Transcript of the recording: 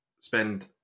spend